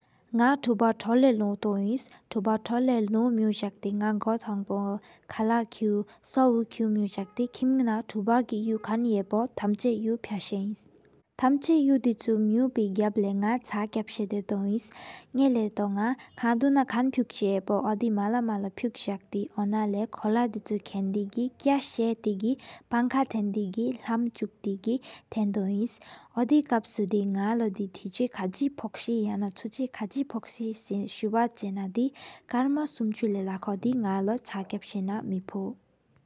ནག་ཐོཔ་ཐོ་ལ་ལུ་ཏོ་ཨིནས། ཐོཔ་ཐོ་ལ་ལུ་མེད་ཡོ་ཟག་ཏེ་ནག། གོ་ཐང་པོ་ཁ་ལ་ཁུ་སོ་བུ་ཁུ་མེད་ཡོ་ཟག་ཏེ། ཀིམ་ན་ཐོཔ་གི་ཡུག་ཁན་ཡེ་པོ། ཐམ་ཆ་ཡུག་ཕ་ཤ་ཨིནས། ཐེམ་ཆ་ཡུག་དེ་ཆུ་མེད་ཡོ་པོ་སྒབ་ླེ། ནག་ཚ་ཁབ་ས་དེ་ཏོ་པི་ཨིནས། ཉེན་ལོ་ཏོ་ནག་ཁ་དུ་ནང་ཁན་ཕུག་ས་ླེ་པོ། ཨོ་དེ་མ་ལ་མ་ལ་ཕུག་ཟག་ཏེ། ཨོ་ན་ལེ་ཁོ་ལ་དི་ཆུ་ཁེན་དེ་གི། ཀྱ་ཤ་ཏེ་གི་ཕང་ཁ་ཐེན་དེ་གི། ལྷམ་ཆུག་ཏེ་གི་ཐེན་ཏོ་ཨིནས། ཨོ་དེ་། ཁབ་སུ་དེ་ནག་ལོ་དེ་ཟེ་ཁ་གི་ཕོག་ས། ཡང་ན་ཆུ་ཆི་ཁ་ཇི་ཕོག་ས་སུ་བ་ཆེ་ན་དེ། ཀརྨ་སུམ་ཆུ་ལེ་ལ་ཁོ་ནག་ལོ་མེང་བོ།